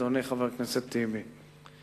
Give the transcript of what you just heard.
אדוני חבר הכנסת טיבי.